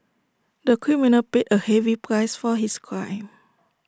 the criminal paid A heavy price for his crime